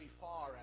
far